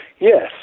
Yes